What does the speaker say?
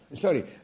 Sorry